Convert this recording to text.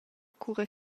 cura